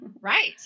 Right